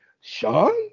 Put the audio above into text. Sean